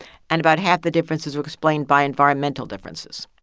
and about half the differences were explained by environmental differences